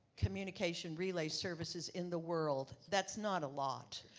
communication relay services in the world. that's not a lot.